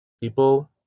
People